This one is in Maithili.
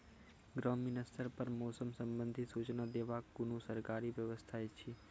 ग्रामीण स्तर पर मौसम संबंधित सूचना देवाक कुनू सरकारी व्यवस्था ऐछि?